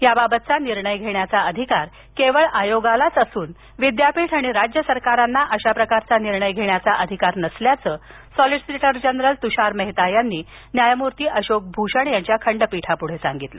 या बाबतचा निर्णय घेण्याचा अधिकार केवळ आयोगाला असून विद्यापीठ किंवा राज्य सरकारांना अश्या प्रकारचा निर्णय घेण्याचा अधिकार नसल्याचं सॉलीसीटर जनरल तुषार मेहता यांनी न्यायमूर्ती अशोक भूषण यांच्या खंडपीठाला सांगितलं